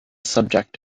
subject